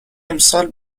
امسال